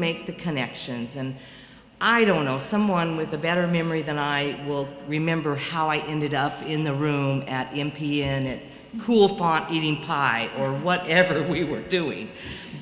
make the connections and i don't know someone with a better memory than i will remember how i ended up in the room at e m p and it cool font eating pie or whatever we were doing